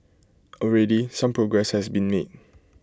already some progress has been made